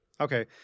Okay